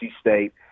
State